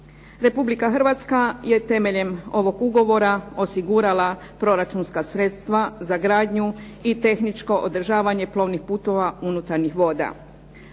Republika Hrvatska je temeljem ovog Ugovora osigurala proračunska sredstva za gradnju i tehničko održavanje plovnih putova unutarnjih voda.